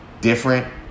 different